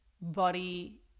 body